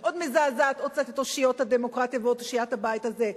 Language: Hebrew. ועוד מזעזעת עוד קצת את אושיות הדמוקרטיה ואת אושיות הבית הזה,